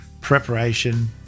preparation